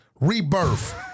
Rebirth